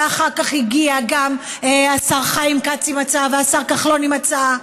ואחר כך הגיע גם השר חיים כץ עם הצעה והשר כחלון עם הצעה.